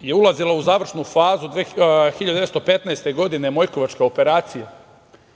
je ulazila u završnu fazu 1915. godine „Mojkovačka operacija“,